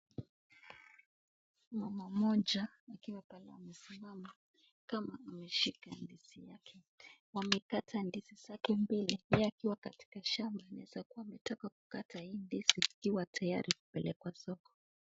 Mama mmoja akiwa pale amesimama kama ameshika ndizi yake .Wamekata ndizi zake mbili ye akiwa katika shamba inaweza kuwa ametoka kukata hii ndizi likiwa tayari kupeleka soko.